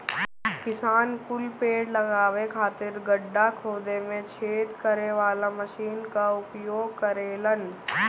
किसान कुल पेड़ लगावे खातिर गड़हा खोदे में छेद करे वाला मशीन कअ उपयोग करेलन